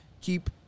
keep